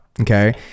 Okay